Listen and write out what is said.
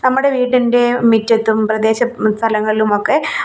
നമ്മുടെ വീടിൻ്റെ മുറ്റത്തും പ്രദേശ സ്ഥലങ്ങളിലുമൊക്കെ